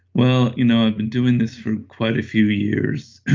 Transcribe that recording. well you know i've been doing this for quite a few years,